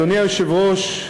אדוני היושב-ראש,